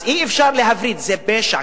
אז אי-אפשר להפריד, זה פשע.